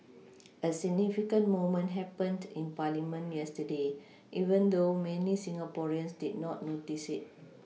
a significant moment happened in parliament yesterday even though many Singaporeans did not notice it